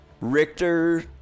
Richter